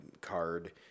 card